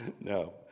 No